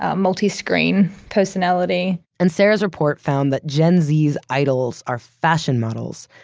ah multi-screen personality, and sarah's report found that gen z's idols are fashion models,